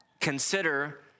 consider